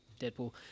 Deadpool